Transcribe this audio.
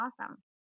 awesome